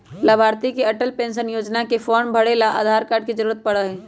लाभार्थी के अटल पेन्शन योजना के फार्म भरे ला आधार कार्ड के जरूरत पड़ा हई